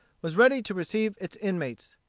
was ready to receive its inmates.